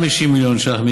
7. הקצאת 150 מיליון ש"ח,